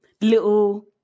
little